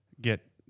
get –